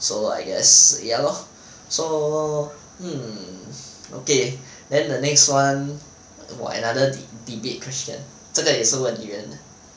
so I guess ya lor so hmm okay then the next [one] got another debate question 这个也是问女人的